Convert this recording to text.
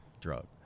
drug